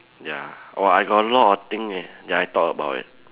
ya oh I got a lot of thing leh that I thought about eh